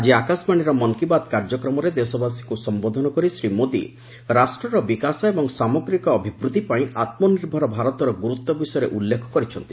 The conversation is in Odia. ଆଜି ଆକାଶବାଣୀର ମନ୍ କି ବାତ୍ କାର୍ଯ୍ୟକ୍ରମରେ ଦେଶବାସୀଙ୍କୁ ସମ୍ବୋଧନ କରି ଶ୍ରୀ ମୋଦି ରାଷ୍ଟ୍ରର ବିକାଶ ଏବଂ ସାମଗ୍ରିକ ଅଭିବୃଦ୍ଧି ପାଇଁ ଆମ୍ନିର୍ଭର ଭାରତର ଗୁରୁତ୍ୱ ବିଷୟରେ ଉଲ୍ଲେଖ କରିଛନ୍ତି